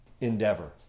endeavor